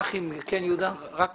כדי